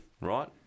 right